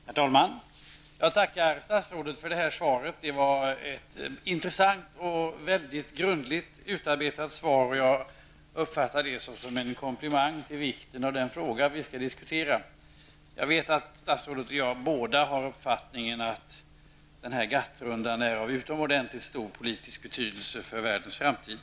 Herr talman! Jag tackar statsrådet för svaret, som är både intressant och mycket grundligt utarbetat. Jag uppfattar det som en komplimang med avseende på vikten av den fråga som vi här skall diskutera. Både statsrådet och jag har ju den uppfattningen att GATT-rundan är av utomordentligt stor politisk betydelse för världens framtid.